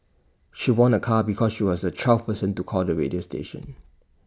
she won A car because she was the twelfth person to call the radio station